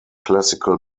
classical